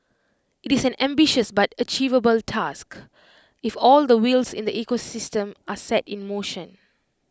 IT is an ambitious but achievable task if all the wheels in the ecosystem are set in motion